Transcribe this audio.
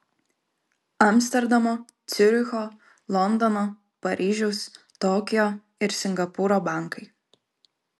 amsterdamo ciuricho londono paryžiaus tokijo ir singapūro bankai